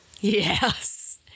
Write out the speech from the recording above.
Yes